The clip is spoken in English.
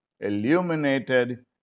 illuminated